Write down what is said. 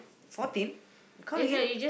fourteen you count again